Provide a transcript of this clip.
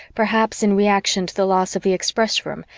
perhaps in reaction to the loss of the express room,